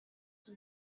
have